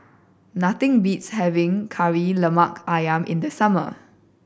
nothing beats having Kari Lemak Ayam in the summer